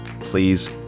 Please